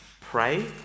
pray